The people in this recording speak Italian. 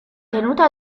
tenuta